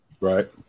Right